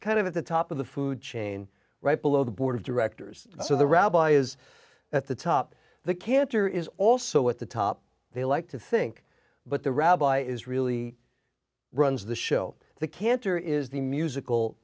kind of at the top of the food chain right below the board of directors so the rabbi is at the top the cantor is also at the top they like to think but the rabbi is really runs the show the cantor is the musical